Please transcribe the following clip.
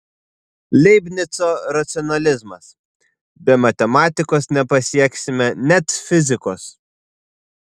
leibnico racionalizmas be matematikos nepasieksime net fizikos